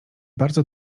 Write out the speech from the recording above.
bardzo